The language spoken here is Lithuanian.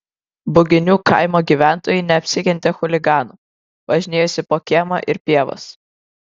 buginių kaimo gyventojai neapsikentė chuliganų važinėjosi po kiemą ir pievas